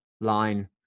line